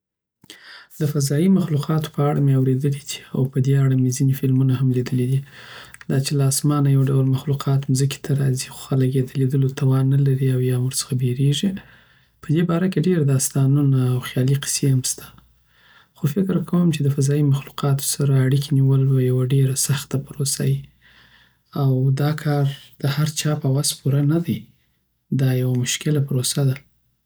دفضایی مخلوقاتو په اړه می اوریدلی دی او په دی اړه می ځینی فلمونه هم لیدلی دی داچی له اسمانه یوډول مخلوقات مځکی ته راځی خو خلک یی دلیدول توان نلری او یا هم ورڅخه بیریږی په دی باره کی ډیره داستانونه او خیالی قصی هم سته خو فکر کوم چی د فضایی مخلوقاتو سره اړیکی نیول به یوه دیره سخته پروسه وی او داکار د هرچا په وس پوره ندی، دا یوه مشکله پروسه ده